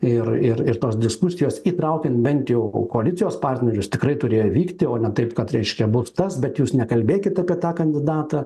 ir ir tos diskusijos įtraukiant bent jau koalicijos partnerius tikrai turėjo vykti o ne taip kad reiškia bus tas bet jūs nekalbėkit apie tą kandidatą